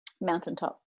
Mountaintop